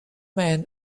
man